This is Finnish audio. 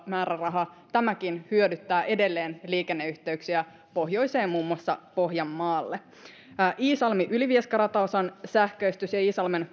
määräraha hyödyttää edelleen liikenneyhteyksiä pohjoiseen muun muassa pohjanmaalle myös iisalmi ylivieska rataosan sähköistyksellä ja iisalmen